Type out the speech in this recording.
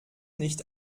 nicht